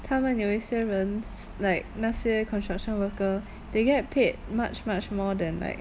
他们有一些人 like 那些 construction worker they get paid much much more than like